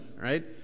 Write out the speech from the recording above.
right